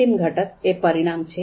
અંતિમ ઘટક એ પરિણામ છે